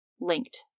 linked